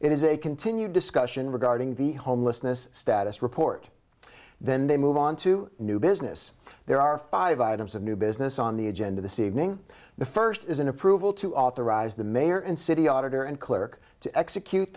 it is a continued discussion regarding the homelessness status report then they move on to new business there are five items of new business on the agenda the c evening the first is an approval to authorize the mayor and city auditor and clerk to execute